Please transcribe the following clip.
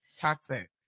Toxic